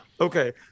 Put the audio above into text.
Okay